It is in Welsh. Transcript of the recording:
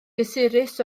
gysurus